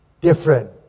different